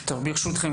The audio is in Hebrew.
ברשותכם,